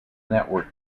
network